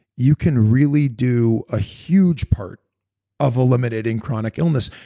you can really do a huge part of eliminating chronic illness.